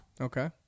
Okay